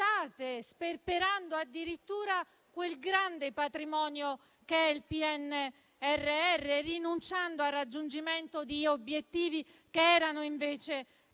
sperperando addirittura il grande patrimonio del PNRR, rinunciando al raggiungimento di obiettivi che invece